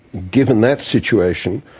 given that situation,